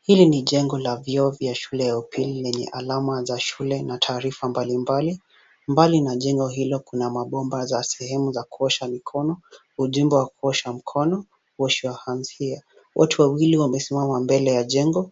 Hili ni jengo la vyoo vya shule ya upili, lenye alama za shule na taarifa mbalimbali. Mbali na jengo hilo kuna mabomba za sehemu za kuosha mikono, ujumbe wa kuosha mkono WASH YOUR HANDS HERE . Watu wawili wamesimama mbele ya jengo,